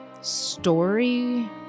story